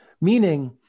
Meaning